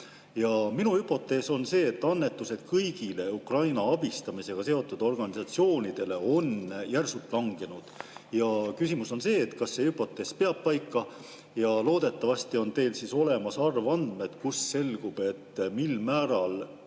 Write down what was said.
Ja minu hüpotees on see, et annetused kõigile Ukraina abistamisega seotud organisatsioonidele on järsult langenud. Küsimus on see, kas see hüpotees peab paika. Loodetavasti on teil olemas arvandmed, kust selgub, mil määral